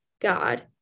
God